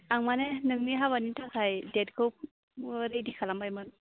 आं माने नोंनि हाबानि थाखाय देतखौ रेदि खालामबायमोन